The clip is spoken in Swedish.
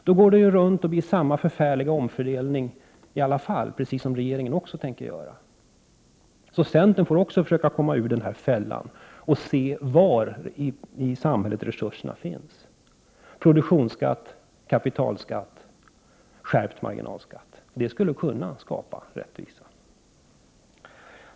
Då går det runt och blir samma förfärliga omfördelning i alla fall, precis som regeringen också tänker göra. Centern får försöka komma ur denna fälla och se var i samhället resurserna finns. Produktionsskatt, kapitalskatt och skärpt marginalskatt — det skulle kunna skapa rättvisa.